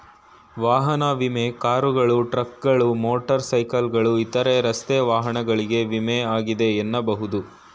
ವಾಹನ ವಿಮೆ ಕಾರುಗಳು, ಟ್ರಕ್ಗಳು, ಮೋಟರ್ ಸೈಕಲ್ಗಳು ಇತರ ರಸ್ತೆ ವಾಹನಗಳಿಗೆ ವಿಮೆ ಆಗಿದೆ ಎನ್ನಬಹುದು